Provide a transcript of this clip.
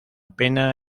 pena